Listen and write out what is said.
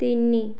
ତିନି